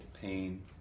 pain